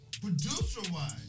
Producer-wise